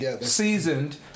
seasoned